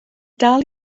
dal